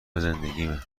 زندگیمه